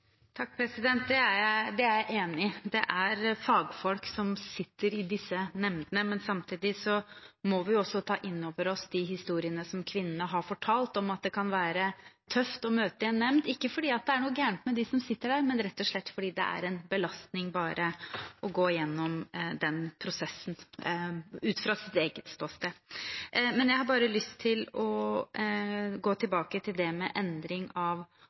Det er jeg enig i. Det er fagfolk som sitter i disse nemndene. Samtidig må vi også ta inn over oss de historiene som kvinnene har fortalt, om at det kan være tøft å møte i en nemnd – ikke fordi det er noe galt med dem som sitter der, men rett og slett fordi det er en belastning bare å gå gjennom den prosessen, ut fra deres eget ståsted. Men jeg har bare lyst til å gå tilbake til det med endring av